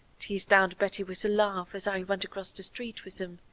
teased aunt bettie with a laugh as i went across the street with them.